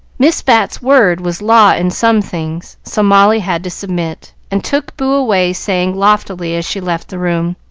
miss bat's word was law in some things, so molly had to submit, and took boo away, saying, loftily, as she left the room